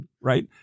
Right